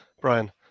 Brian